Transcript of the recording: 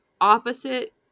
opposite